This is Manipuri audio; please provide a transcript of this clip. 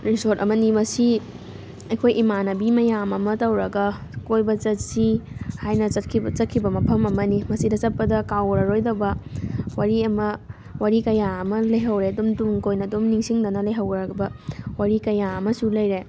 ꯔꯤꯁꯣꯠ ꯑꯃꯅꯤ ꯃꯁꯤ ꯑꯩꯈꯣꯏ ꯏꯃꯥꯟꯅꯕꯤ ꯃꯌꯥꯝ ꯑꯃ ꯇꯧꯔꯒ ꯀꯣꯏꯕ ꯆꯠꯁꯤ ꯍꯥꯏꯅ ꯆꯠꯈꯤꯕ ꯃꯐꯝ ꯑꯃꯅꯤ ꯃꯁꯤꯗ ꯆꯠꯄꯗ ꯀꯥꯎꯔꯔꯣꯏꯗꯕ ꯋꯥꯔꯤ ꯑꯃ ꯋꯥꯔꯤ ꯀꯌꯥ ꯑꯃ ꯂꯩꯍꯧꯔꯦ ꯑꯗꯨꯝ ꯇꯨꯡ ꯀꯣꯏꯅ ꯑꯗꯨꯝ ꯅꯤꯡꯁꯤꯡꯗꯅ ꯂꯩꯍꯧꯔꯕ ꯋꯥꯔꯤ ꯀꯌꯥ ꯑꯃꯁꯨ ꯂꯩꯔꯦ